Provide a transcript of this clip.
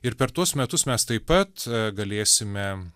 ir per tuos metus mes taip pat galėsime